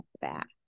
back